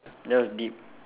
that was deep